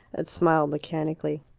and smiled mechanically.